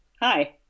hi